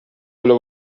پلو